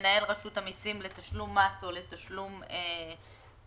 למנהל רשות המסים לתשלום מס או לתשלום מקדמה.